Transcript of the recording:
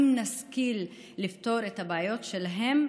אם נשכיל לפתור את הבעיות שלהם,